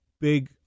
big